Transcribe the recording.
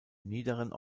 niederen